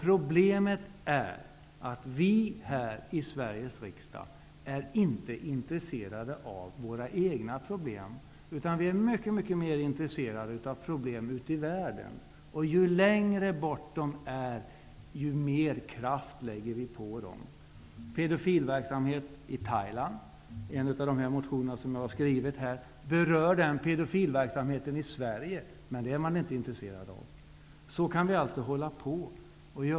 Problemet är att vi här i Sveriges riksdag inte är intresserade av våra egna problem, utan vi är mycket mer intresserade av problem ute i världen. Ju längre bort de är, ju mer kraft lägger vi på dem. Pedofilverksamhet i Thailand behandlas i en av de motioner som jag har skrivit. Den berör också pedofilverksamheten i Sverige. Men det är man inte intresserad av. Så här kan vi alltså hålla på.